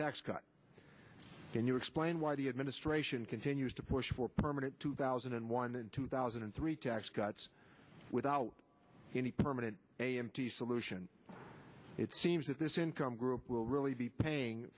tax cut can you explain why the administration continues to push for permanent two thousand and one and two thousand and three tax cuts without any permanent a m t solution it seems that this income group will really be paying